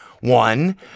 One